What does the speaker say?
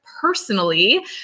personally